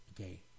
Okay